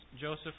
Joseph